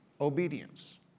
obedience